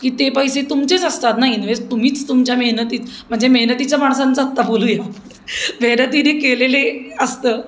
की ते पैसे तुमचेच असतात ना इनवेस्ट तुम्हीच तुमच्या मेहनतीत म्हणजे मेहनतीच्या माणसांचा आत्ता बोलूया मेहनतीने केलेले असतं